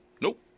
Nope